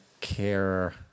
care